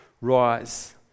Rise